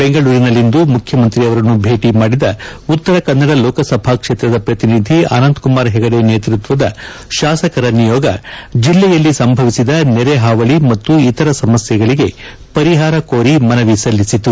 ಬೆಂಗಳೂರಿನಲ್ಲಿಂದು ಮುಖ್ಯಮಂತ್ರಿ ಅವರನ್ನು ಭೇಟಿ ಮಾಡಿದ ಉತ್ತರ ಕನ್ನಡ ಲೋಕಸಭಾ ಕ್ಷೇತ್ರದ ಪ್ರತಿನಿಧಿ ಅನಂತ್ಕುಮಾರ್ ಹೆಗಡೆ ನೇತೃತ್ವದ ಶಾಸಕರ ನಿಯೋಗ ಜಿಲ್ಲೆಯಲ್ಲಿ ಸಂಭವಿಸಿದ ನೆರೆಹಾವಳಿ ಮತ್ತು ಇತರ ಸಮಸ್ಯೆಗಳಿಗೆ ಪರಿಹಾರ ಕೋರಿ ಮನವಿ ಸಲ್ಲಿಸಿತು